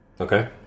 Okay